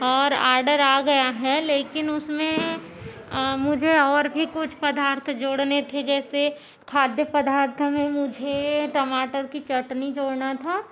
और ऑर्डर आ गया है लेकिन उसमें मुझे और भी कुछ पदार्थ जोड़ने थे जैसे खाद्य पदार्थों में मुझे टमाटर की चटनी जोड़ना था